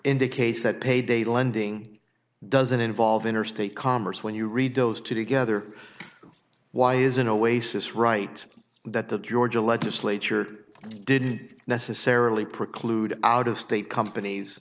indicates that payday lending doesn't involve interstate commerce when you read those two together why is it always this right that the georgia legislature didn't necessarily preclude out of state companies